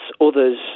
others